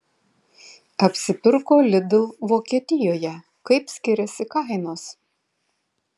apsipirko lidl vokietijoje kaip skiriasi kainos